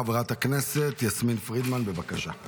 חברת הכנסת יסמין פרידמן, בבקשה.